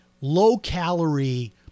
low-calorie